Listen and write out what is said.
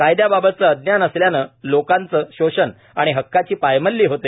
कायदयाबाबतचं अज्ञान असल्यानं लोकांच शोषन आणि हक्कांची पायमल्ली होते